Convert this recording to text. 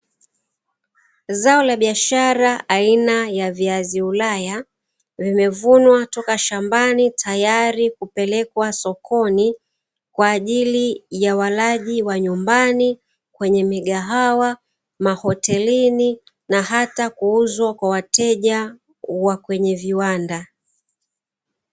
Zao la biashara aina ya viazi ulaya vimevunwa toka shambani tayari kupelekwa sokoni kwa ajili ya walaji wa nyumbani, kwenye migahawa, mahotelini na hata kuuzwa kwa wateja wa kwenye viwanda.